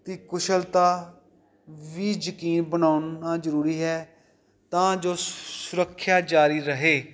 ਦੀ ਕੁਸ਼ਲਤਾ ਵੀ ਯਕੀਨ ਬਣਾਉਣਾ ਜ਼ਰੂਰੀ ਹੈ ਤਾਂ ਜੋ ਸੁ ਸੁਰੱਖਿਆ ਜਾਰੀ ਰਹੇ